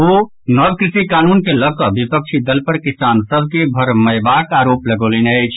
ओ नव कृषि कानून के लऽकऽ विपक्षी दल पर किसान सभ के भरमयबाक आरोप लगौलनि अछि